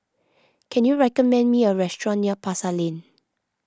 can you recommend me a restaurant near Pasar Lane